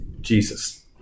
Jesus